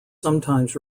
sometimes